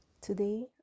Today